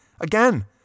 Again